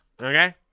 Okay